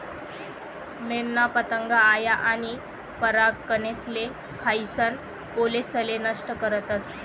मेनना पतंग आया आनी परागकनेसले खायीसन पोळेसले नष्ट करतस